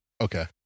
Okay